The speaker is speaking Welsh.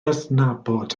adnabod